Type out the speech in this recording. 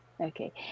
Okay